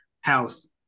house